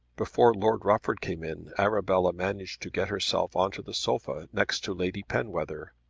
before lord rufford came in arabella managed to get herself on to the sofa next to lady penwether,